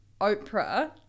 Oprah